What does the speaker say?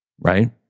right